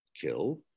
kill